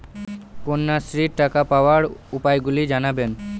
কন্যাশ্রীর টাকা পাওয়ার উপায়গুলি জানাবেন?